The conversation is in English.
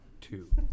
two